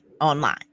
online